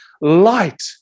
Light